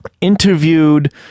interviewed